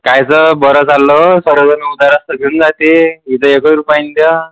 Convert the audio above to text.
काय तर बरं चाललं थोड्यावेळ जरासं घेऊन जायचे ते एकही रुपयाचा